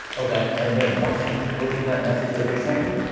okay. and then once you've decoded that message that they sent you,